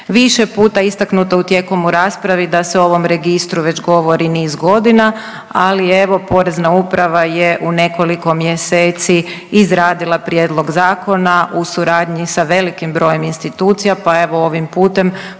Više puta je istaknuto u tijekom u raspravi da se o ovom registru već govori niz godina, ali evo Porezna uprava je u nekoliko mjeseci izradila prijedlog zakona u suradnji sa velikim brojem institucija pa evo ovim putem